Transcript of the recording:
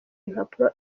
impapuro